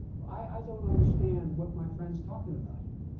i i don't understand what my friend's talking about here.